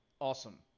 Awesome